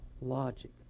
logic